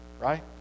right